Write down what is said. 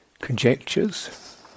conjectures